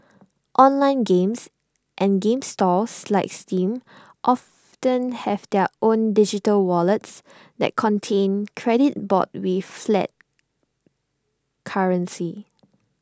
online games and game stores like steam often have their own digital wallets that contain credit bought with fiat currency